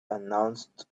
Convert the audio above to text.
announced